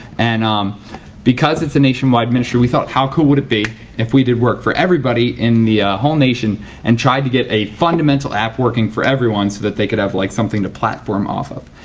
and um because it's a nationwide ministry, we thought how cooled woud it be if we did work for everybody in the whole nation and try to get a fundamental app working for everyone so they could have like something to platform off of.